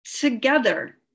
together